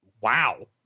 Wow